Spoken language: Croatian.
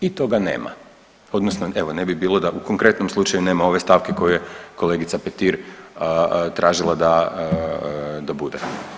I toga nema odnosno evo ne bi bilo da u konkretnom slučaju nema ove stavke koju je kolegica Petir tražila da bude.